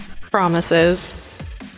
promises